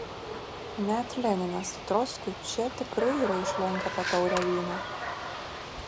net leninas su trockiu čia tikrai yra išlenkę po taurę vyno